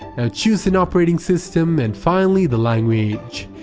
ah choose an operating system, and finally the language,